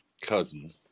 Cousin